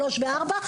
שלוש וארבע,